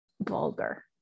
vulgar